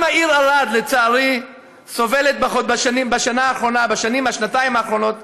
גם העיר ערד, לצערי, סובלת בשנתיים האחרונות